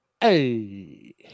Hey